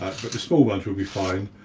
but the small ones will be fine.